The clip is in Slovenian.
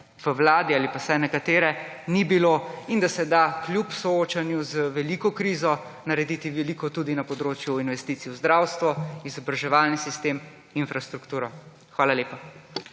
v vladi, ali pa vsaj nekatere, ni bilo, in da se da kljub soočanju z veliko krizo narediti veliko tudi na področju investicij v zdravstvo, izobraževalni sistem, infrastrukturo. Hvala lepa.